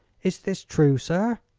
is this true, sir?